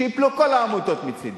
שייפלו כל העמותות מצדי,